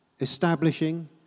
establishing